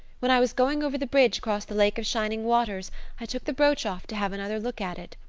when i was going over the bridge across the lake of shining waters i took the brooch off to have another look at it.